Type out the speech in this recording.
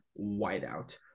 whiteout